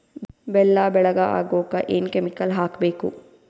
ಬೆಲ್ಲ ಬೆಳಗ ಆಗೋಕ ಏನ್ ಕೆಮಿಕಲ್ ಹಾಕ್ಬೇಕು?